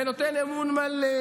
ונותן אמון מלא